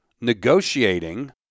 negotiating